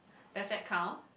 does that count